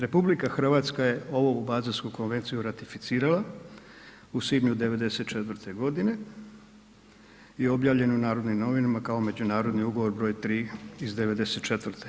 RH je ovu Baselsku Konvenciju ratificirala u svibnju '94.g. i objavljeno u Narodnim novinama kao međunarodni ugovor br. 3. iz '94.